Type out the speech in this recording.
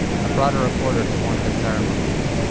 i brought a recorder to one of the ceremonies.